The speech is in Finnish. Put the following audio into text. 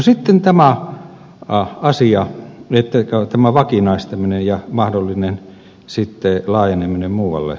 sitten tämä vakinaistaminen ja mahdollinen laajeneminen muualle